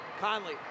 Conley